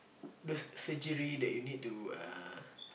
those surgery that you need to uh